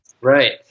Right